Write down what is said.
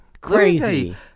crazy